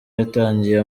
yatangiye